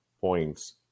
points